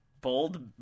Bold